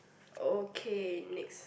okay next